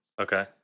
Okay